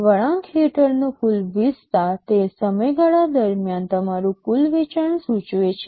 વળાંક હેઠળનો કુલ વિસ્તાર તે સમયગાળા દરમિયાન તમારું કુલ વેચાણ સૂચવે છે